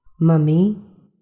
Mummy